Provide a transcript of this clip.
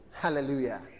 Hallelujah